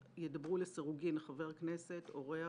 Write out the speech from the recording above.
כך: ידברו לסירוגין חבר כנסת, אורח,